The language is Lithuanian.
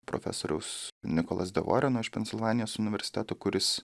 profesoriaus nikolas de voreno iš pensilvanijos universiteto kuris